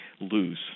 lose